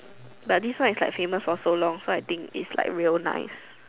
but this one is like famous for so long so I think it's like real nice